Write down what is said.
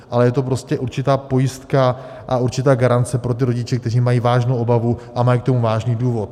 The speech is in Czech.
Ale je to prostě určitá pojistka a určitá garance pro ty rodiče, kteří mají vážnou obavu a mají k tomu vážný důvod.